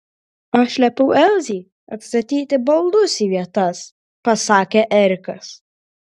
aš liepiau elzei atstatyti baldus į vietas pasakė erikas